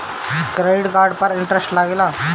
Credit card पर interest लागेला?